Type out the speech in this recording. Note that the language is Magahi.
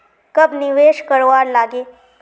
कब निवेश करवार लागे?